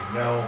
no